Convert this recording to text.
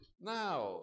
Now